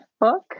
book